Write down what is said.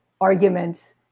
arguments